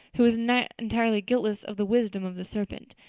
who was not entirely guiltless of the wisdom of the serpent,